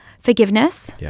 Forgiveness